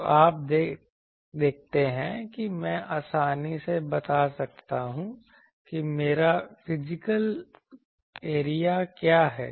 तो अब आप देखते हैं कि मैं आसानी से बता सकता हूं कि मेरा फिजिकल एरिया क्या है